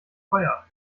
teuer